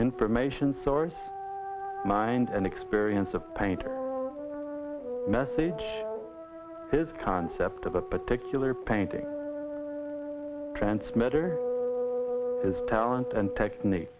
information source mind and experience of pain message his concept of a particular painting transmitter is talent and techni